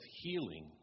healing